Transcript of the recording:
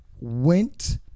went